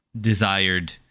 desired